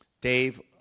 Dave